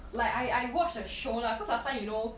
like I I watch the show lah because last time you know